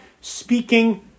speaking